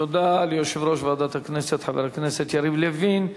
תודה ליושב-ראש ועדת הכנסת, חבר הכנסת יריב לוין.